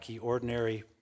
ordinary